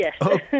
Yes